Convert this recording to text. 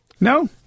No